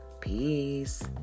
Peace